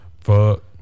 fuck